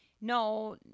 no